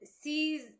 sees